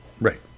Right